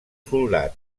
soldat